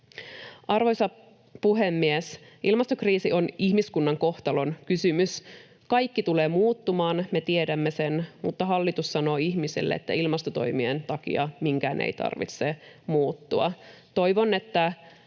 Arvoisa puhemies! Ilmastokriisi on ihmiskunnan kohtalonkysymys. Kaikki tulee muuttumaan, me tiedämme sen, mutta hallitus sanoo ihmisille, että ilmastotoimien takia minkään ei tarvitse muuttua. Toivon, että